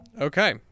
Okay